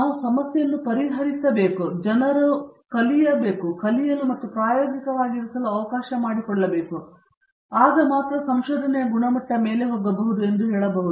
ನಾವು ಆ ಸಮಸ್ಯೆಯನ್ನು ಪರಿಹರಿಸಬಹುದು ಮತ್ತು ಜನರನ್ನು ಕಲಿಯಲು ಮತ್ತು ಪ್ರಾಯೋಗಿಕವಾಗಿರಿಸಲು ಅವಕಾಶ ಮಾಡಿಕೊಡುತ್ತಿದ್ದರೆ ಮತ್ತು ನಂತರ ಹೋಗುವುದಾದರೆ ಸಂಶೋಧನೆಯ ಗುಣಮಟ್ಟವು ಮೇಲೆ ಹೋಗಬಹುದು ಎಂದು ಹೇಳಬಹುದು